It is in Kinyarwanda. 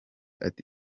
ati